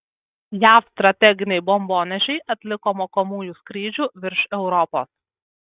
jav strateginiai bombonešiai atliko mokomųjų skrydžių virš europos